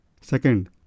Second